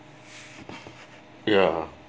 ya